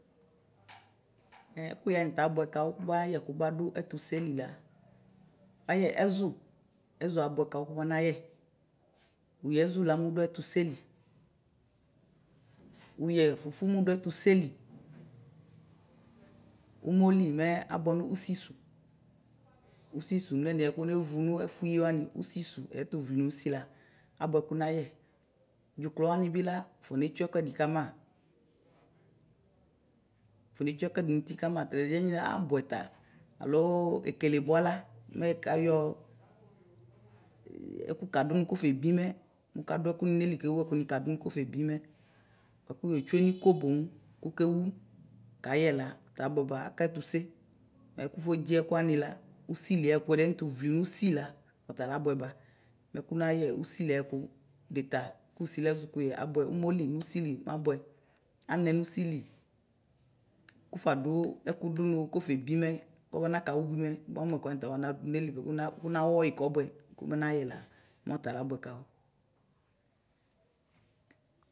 Ɛkʋyɛ wani ta abʋɛ kawʋ bʋa ayɛkʋ bʋadʋ ɛtuse lila wayɛ ɛzʋ, ɛzʋ abʋɛ kawo kubaŋayɛ wuyɛ ɛzʋla mɛwʋdʋ ɛtuseli wʋyɛ fufu mɛ wʋdʋ ɛtuseli Omɔli mɛ abʋɛ nʋ ʋsisʋ nʋ ɛdiɛ worevʋ nʋ ɛfʋyi wani ʋsisʋ ɛtuvli nʋ ʋsila abʋɛ kunayɛ dzuklɔ wanibi la onetsue ɛkʋɛdi kama pɛpɛpɛ abʋɛta alo ɛkele bʋala mɛ ɛkayɔ ɛkʋ kadʋnʋ kɔfebi mɛ wʋka ɛkuni kewʋ ɛkuni kadʋ nʋ ayili nʋ kɔfebimɛ bʋakʋ wetsue nʋ iko boŋ ko wʋkewʋ kayɛla ta abʋɛba aka ɛtuse ɛ kʋ wʋfodzi ɛtu wani la ʋsili nʋtʋvli nʋ ʋsi la tala abʋɛba mɛ kunayɛ ʋsi ayɛkʋ deta kʋsi ɛzʋ ko woyɛ abʋɛ ʋmoli nʋsili muabʋɛ anɛ nʋ isili kʋfadʋ ɛkʋ nʋ kɔfebi mɛ kɔbana kawu ʋbui mɛ bʋa amʋ ɛkʋ wakɔnadʋ nayili kuna wɔyi kɔbʋɛ kʋbanayɛla mɛ ɔtala abʋɛ kawʋ.